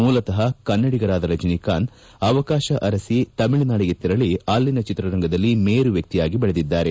ಮೂಲತಃ ಕನ್ನಡಿಗರಾದ ರಜನಿಕಾಂತ್ ಅವಕಾಶ ಅರಿಸಿ ತಮಿಳುನಾಡಿಗೆ ತೆರಳಿ ಅಲ್ಲಿನ ಚಿತ್ರರಂಗದಲ್ಲಿ ಮೇರು ವ್ಯಕ್ತಿಯಾಗಿ ಬೆಳೆದಿದ್ದಾರೆ